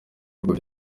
bihugu